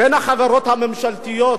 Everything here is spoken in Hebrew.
בין החברות הממשלתיות,